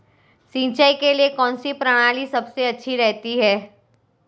सिंचाई के लिए कौनसी प्रणाली सबसे अच्छी रहती है?